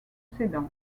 sedan